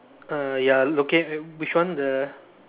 uh ya locate which one the